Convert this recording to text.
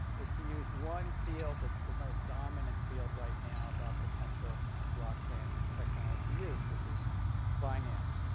is to use one field that's the most dominant field right now about potential blockchain technology use, which is finance.